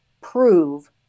prove